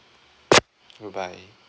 bye bye